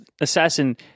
assassin